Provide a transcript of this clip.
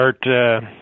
start –